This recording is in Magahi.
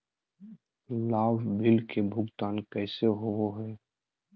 लाभ बिल के भुगतान कैसे होबो हैं?